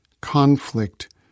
conflict